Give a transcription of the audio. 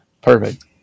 perfect